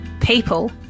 People